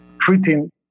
treating